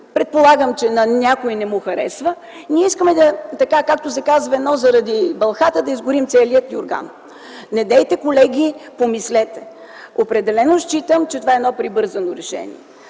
предполагам, че на някого не му харесва, ние искаме, както се казва, заради бълхата да изгорим целия юрган. Недейте, колеги, помислете! Определено считам, че това е едно прибързано решение.